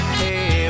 hey